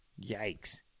Yikes